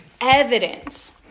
evidence